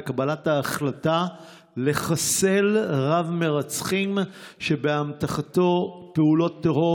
בקבלת ההחלטה לחסל רב-מרצחים שבאמתחתו פעולות טרור